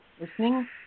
listening